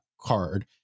card